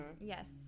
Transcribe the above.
Yes